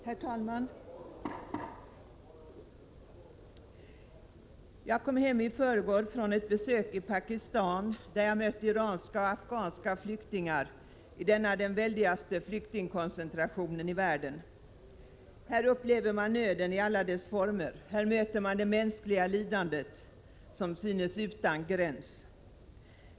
Herr talman! Jag kom hem i förrgår från ett besök i Pakistan, där jag mött iranska och afghanska flyktingar i denna den väldigaste flyktingkoncentrationeni världen. Här upplever man nöden i alla dess former. Här möter man det mänskliga lidandet — som synes utan gräns.